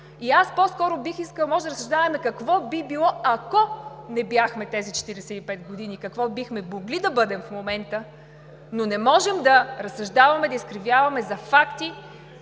И аз по-скоро бих искала, може да разсъждаваме какво би било, ако не бяхме тези 45 години, какво бихме могли да бъдем в момента, но не можем да разсъждаваме, да изкривяваме факти,